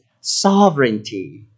sovereignty